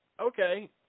okay